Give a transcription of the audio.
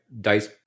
dice